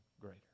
greater